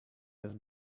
its